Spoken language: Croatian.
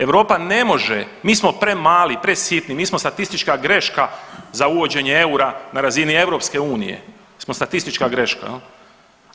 Europa ne može, mi smo premali, presitni, mi smo statistička greška za uvođenje eura na razini EU smo statistička greška jel.